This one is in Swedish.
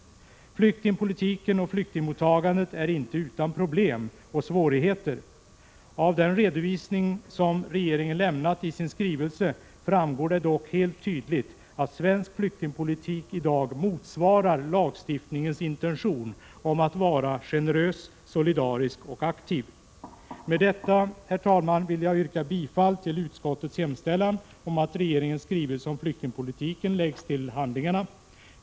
Flyktingpolitiken och flyktingmottagandet är inte utan problem och svårigheter. Av den redovisning som regeringen lämnat i sin skrivelse framgår det dock helt tydligt att svensk flyktingpolitik i dag motsvarar lagstiftningens intention om att vara generös, solidarisk och aktiv. Med detta, herr talman, vill jag yrka bifall till utskottets hemställan om att regeringens skrivelse om flyktingpolitiken läggs till handlingarna.